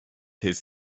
his